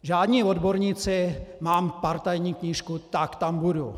Žádní odborníci, mám partajní knížku, tak tam budu.